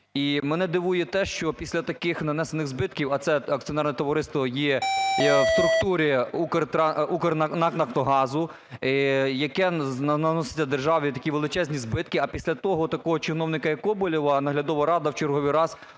мене дивує те, що після таких нанесених збитків, а це акціонерне товариство є в структурі НАК "Нафтогазу", яке наносить державі такі величезні збитки. А після того, такого чиновника як Коболєв Наглядова рада в черговий раз